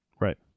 right